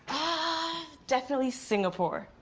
ahh, definitely singapore.